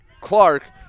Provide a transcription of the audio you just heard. Clark